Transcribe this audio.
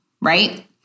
right